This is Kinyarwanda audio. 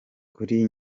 kuri